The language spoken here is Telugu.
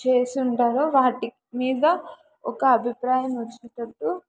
చేసుంటారో వాటి మీద ఒక అభిప్రాయం వచ్చేటట్టు